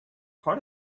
part